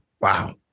wow